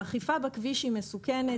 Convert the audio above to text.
האכיפה בכביש היא מסוכנת,